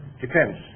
depends